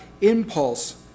impulse